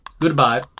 Goodbye